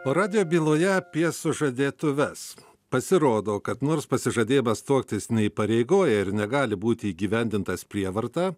o radijo byloje apie sužadėtuves pasirodo kad nors pasižadėjimas tuoktis neįpareigoja ir negali būti įgyvendintas prievarta